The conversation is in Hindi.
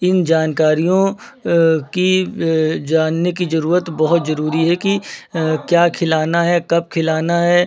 इन जानकारियों की जानने की ज़रूरत बहुत ज़रूरी है कि क्या खिलाना है कब खिलाना है